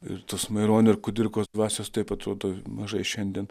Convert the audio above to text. ir tos maironio ir kudirkos dvasios taip atrodo mažai šiandien